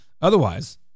Otherwise